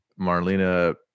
Marlena